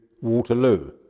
Waterloo